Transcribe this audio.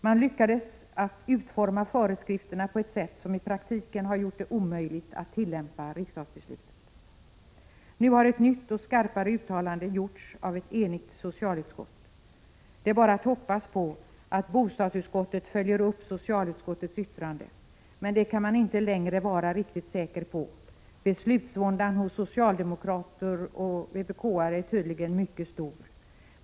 Man lyckades att utforma föreskrifterna på ett sätt som i praktiken gjort det omöjligt att tillämpa riksdagsbeslutet. Nu har ett nytt och skarpare uttalande gjorts av ett enigt socialutskott. Det är bara att hoppas på att bostadsutskottet följer upp socialutskottets yttrande. Men det kan man inte längre vara riktigt säker på. Beslutsvåndan hos socialdemokrater och vpk-are är tydligen mycket stor.